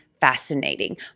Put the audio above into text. fascinating